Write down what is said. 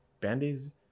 band-aids